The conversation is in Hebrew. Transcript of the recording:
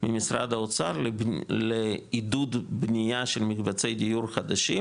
ממשרד האוצר, לעידוד בנייה של מקבצי דיור חדשים,